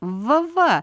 va va